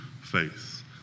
faith